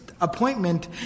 appointment